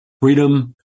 freedom